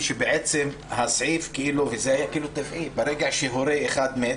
זה היה כאילו טבעי, ברגע שהורה אחד מת